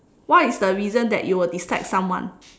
what is the reason that you will dislike someone